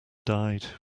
died